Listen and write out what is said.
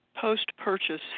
post-purchase